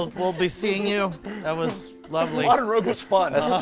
we'll be seeing you that was lovely. modern rogue was fun,